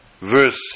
verse